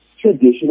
traditional